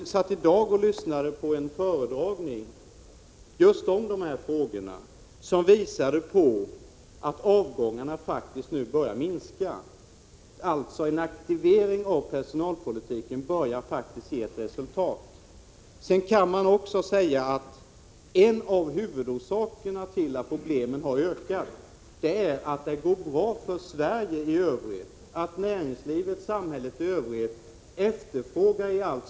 Jag satt i dag och lyssnade på en föredragning, som visade att 10 december 1986 avgångarna faktiskt nu börjar minska. En aktivering av personalpoltiken ZI: 2 Vissa personalfr börjar alltså ge resultat. : Et Ja 208 a 2 inom jorsvar:s - Man kan också säga att en av huvudorsakerna till att problemen har ökat är SOrsvarsdiparit .z i; a ka od 2 mentets verksamhetsatt det går bra för Sverige — att näringslivet, samhället i övrigt, i allt större dd.